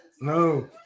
No